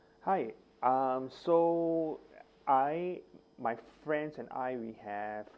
hi um so I my friends and I we have